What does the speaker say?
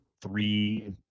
three